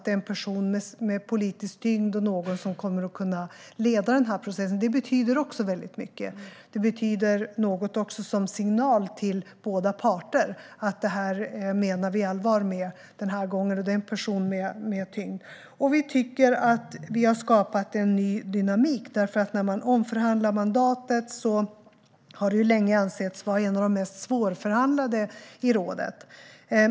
Det är en person med politisk tyngd som kommer att kunna leda processen. Det betyder också mycket. Det innebär också en signal till båda parter att FN menar allvar den här gången. Det är en person med tyngd. Vi tycker att vi har skapat en ny dynamik. Det här mandatet har länge ansetts vara ett av de mest svårförhandlade i rådet.